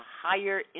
higher